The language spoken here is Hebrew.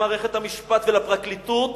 למערכת המשפט ולפרקליטות